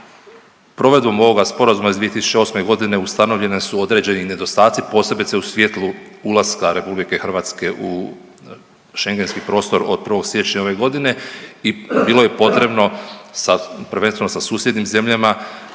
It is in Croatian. Provedbom ovoga sporazuma iz 2008. godine ustanovljeni su određeni nedostaci posebice u svjetlu ulaska RH u Schengenski prostor od 1. siječnja ove godine i bilo je potrebno sad prvenstveno sa susjednim zemljama